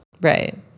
Right